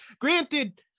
Granted